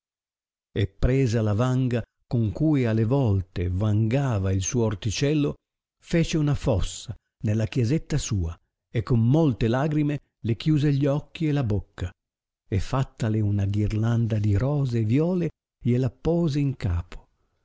e presa la vanga con cui alle volte vangava il suo orticello fece una fossa nella chiesetta sua e con molte lagrime le chiuse gli occhi e la bocca e fattale una ghirlanda di rose e viole gliela pose in capo